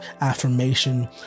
affirmation